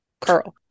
curl